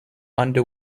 under